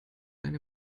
eine